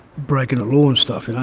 breaking the law and stuff, and i've